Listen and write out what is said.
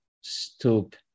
stoop